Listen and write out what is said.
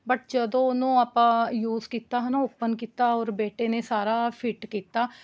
but ਜਦੋਂ ਉਹਨੂੰ ਆਪਾਂ ਯੂਜ਼ ਕੀਤਾ ਹੈ ਨਾ ਓਪਨ ਕੀਤਾ ਔਰ ਬੇਟੇ ਨੇ ਸਾਰਾ ਫਿੱਟ ਕੀਤਾ